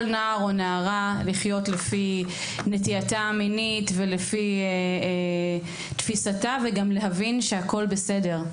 נער או נערה לחיות לפי נטייתה המינית ולפי תפיסתה וגם להבין שהכול בסדר.